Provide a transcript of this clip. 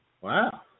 Wow